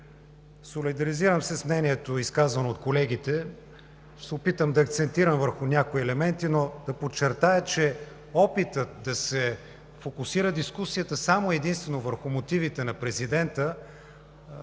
Солидаризирам се с мнението, изказано от колегите. Ще се опитам да акцентирам върху някои елементи. Но да подчертая, че опитът да се фокусира дискусията само и единствено върху мотивите на президента